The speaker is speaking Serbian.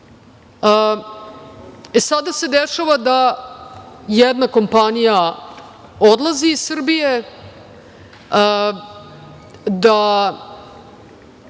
Sada se dešava da jedna kompanija odlazi iz Srbije, da